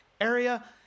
area